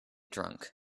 drunk